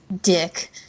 Dick